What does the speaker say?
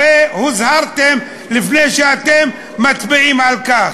הרי הוזהרתם לפני שאתם מצביעים על כך.